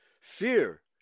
Fear